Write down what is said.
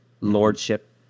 lordship